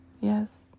yes